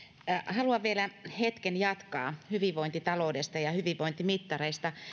haluan vielä hetken jatkaa hyvinvointitaloudesta ja hyvinvointimittareista